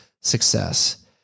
success